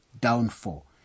downfall